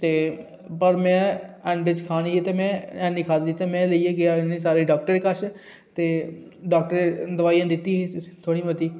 पर में एंड च खानी ही ते में ऐनी खाद्धी ते में लेइया गेआ इ'नें सारें गी डाक्टर कश ते डाक्टर नै दोआई दित्ती ही थोह्ड़ी मती